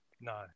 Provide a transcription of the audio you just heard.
No